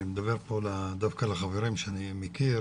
אני מדבר פה דווקא לחברים שאני מכיר,